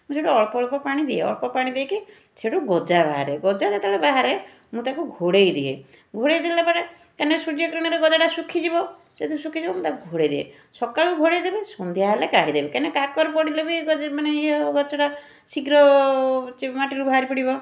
ମୁଁ ସେଇଠୁ ଅଳ୍ପ ଅଳ୍ପ ପାଣି ଦିଏ ଅଳ୍ପ ପାଣି ଦେଇକି ସେଇଠୁ ଗଜା ବାହାରେ ଗଜା ଯେତେବେଳେ ବାହାରେ ମୁଁ ତାକୁ ଘୋଡ଼େଇଦିଏ ଘଡ଼େଇ ଦେଲାପରେ କାରଣ ସୂର୍ଯ୍ୟକିରଣରେ ଗଜଟା ଶୁଖିଯିବ ଯଦି ଶୁଖିଯିବ ମୁଁ ତାକୁ ଘୋଡ଼େଇଦିଏ ସକାଳୁ ଘୋଡ଼େଇ ଦେବି ସନ୍ଧ୍ୟା ହେଲେ କାଢ଼ିଦେବି କାଇଁକି ନା କାକର ପଡ଼ିଲେ ବି ଗଜା ମାନେ ଇଏ ହେବ ଗଛଟା ଶୀଘ୍ର ମାଟିରୁ ବାହାରି ପଡ଼ିବ